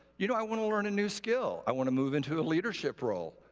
you know, i want to learn a new skill, i want to move into a leadership role.